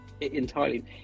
entirely